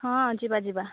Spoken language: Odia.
ହଁ ଯିବା ଯିବା